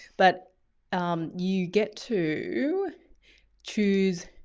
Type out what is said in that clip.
but um you get to choose